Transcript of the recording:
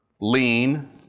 lean